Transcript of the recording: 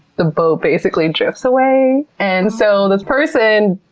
the boat basically drifts away. and so this person,